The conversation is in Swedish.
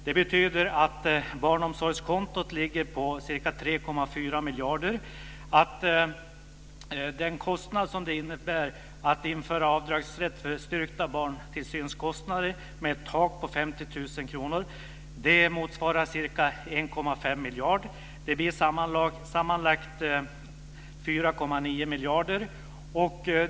Det betyder att barnomsorgskontot ligger på ca 3,4 miljarder och att den kostnad som det innebär att införa avdragsrätt för styrkta barntillsynskostnader med ett tak på 50 000 kr motsvarar ca 1,5 miljarder. Sammanlagt blir det 4,9 miljarder.